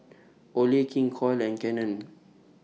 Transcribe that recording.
Olay King Koil and Canon